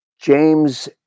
James